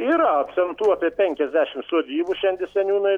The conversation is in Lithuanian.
yra apsemtų apie penkiasdešimt sodybų šiandien seniūnai